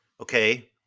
Okay